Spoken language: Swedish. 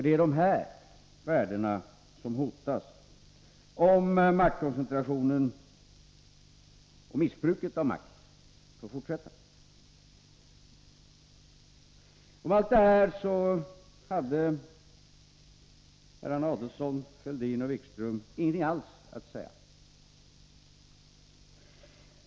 Det är dessa värden som hotas, om maktkoncentrationen och missbruket av makt får fortsätta. Om allt detta hade herrarna Adelsohn, Fälldin och Wikström ingenting alls att säga.